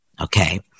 Okay